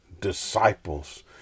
disciples